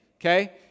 okay